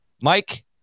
Mike